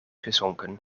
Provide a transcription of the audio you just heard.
gezonken